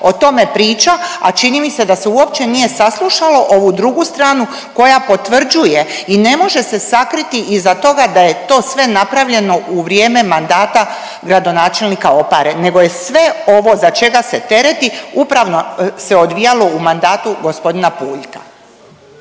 o tome priča, a čini mi se da se uopće nije saslušalo ovu drugu stranu koja potvrđuje i ne može se sakriti iza toga da je to sve napravljeno u vrijeme mandata gradonačelnika Opare, nego je sve ovo za čega se tereti upravo se odvijalo u mandatu g. Puljka.